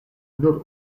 nur